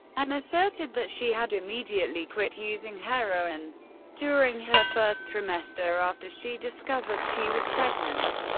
and asserted that she had immediately quit using heroin during her first trimester after she discovered she was pregnant.